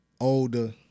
older